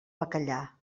bacallà